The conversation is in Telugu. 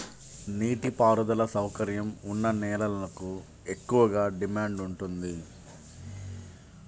నీటి పారుదల సౌకర్యం ఉన్న నేలలకు ఎక్కువగా డిమాండ్ ఉంటుంది